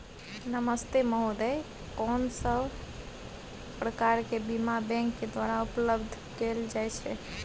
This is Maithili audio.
नमस्ते महोदय, कोन सब प्रकार के बीमा बैंक के द्वारा उपलब्ध कैल जाए छै?